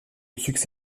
succès